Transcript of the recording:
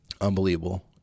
unbelievable